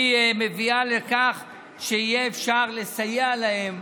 היא מביאה לכך שיהיה אפשר לסייע להם,